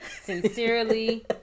sincerely